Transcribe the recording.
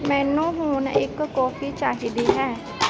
ਮੈਨੂੰ ਹੁਣ ਇੱਕ ਕੌਫੀ ਚਾਹੀਦੀ ਹੈ